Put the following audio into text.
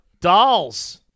dolls